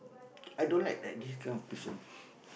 i don't like that this kind of person